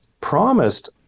promised